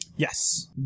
Yes